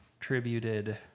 tributed